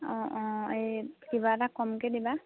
অঁ অঁ এই কিবা এটা কমকৈ দিবা